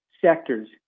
sectors